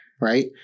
Right